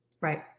Right